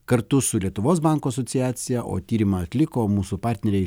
kartu su lietuvos bankų asociacija o tyrimą atliko mūsų partneriai